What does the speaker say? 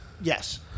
yes